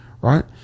right